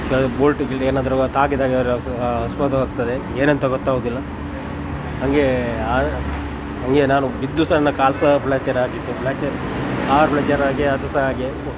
ಬೋಲ್ಟ್ಗೆ ಏನಾದರೂ ತಾಗಿದಾಗ ಆಗ್ತದೆ ಏನಂತ ಗೊತ್ತಾಗುದಿಲ್ಲ ಹಂಗೆ ಹಂಗೆ ನಾನು ಬಿದ್ದು ಸ ನನ್ನ ಕಾಲು ಸಾ ಫ್ಲ್ಯಾಕ್ಚರ್ ಆಗಿತ್ತು ಫ್ಲ್ಯಾಕ್ಚರ್ ಫ್ಲ್ಯಾಕ್ಚರ್ ಆಗಿ ಅದು ಸ ಹಾಗೆ